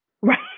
right